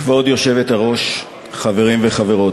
כבוד היושבת-ראש, חברים וחברות,